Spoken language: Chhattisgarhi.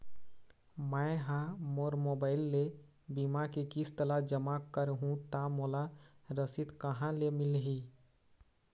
मैं हा मोर मोबाइल ले बीमा के किस्त ला जमा कर हु ता मोला रसीद कहां ले मिल ही?